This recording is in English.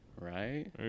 Right